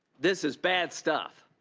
this is bad stuff.